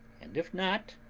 and if not,